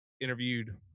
interviewed